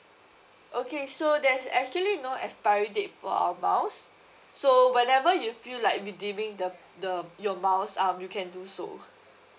okay so there's actually no expiry date for our miles so whenever you feel like redeeming the the your miles um you can do so